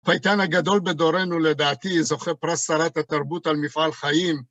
פייטן הגדול בדורנו לדעתי זוכה פרס שרת התרבות על מפעל חיים.